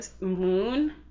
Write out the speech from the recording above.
moon